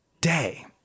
day